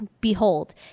behold